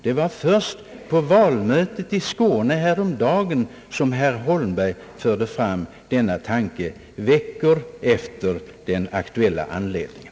Det var först på valmötet i Skåne i förrgår som herr Holmberg framförde denna tanke — veckor efter den aktuella anledningen.